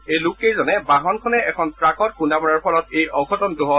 এই লোককেইজনে বাহনখনে এখন ট্ৰাকত খুন্দা মৰাৰ ফলত এই অঘটনটো হয়